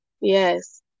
yes